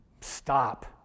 Stop